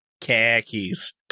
Khakis